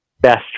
best